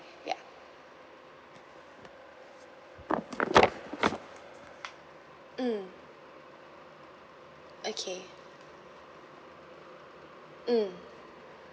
ya mm okay mm